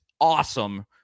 awesome